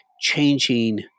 changing